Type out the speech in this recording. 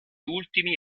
ultimi